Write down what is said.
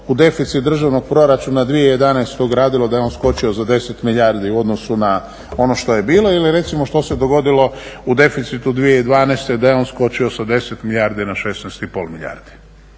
u deficit Državnog proračuna 2011. ugradilo da je on skočio za 10 milijardi u odnosu na ono što je bilo ili recimo što se dogodilo u deficitu 2012. da je on skočio sa 10 milijardi na 16,5 milijardi.